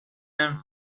and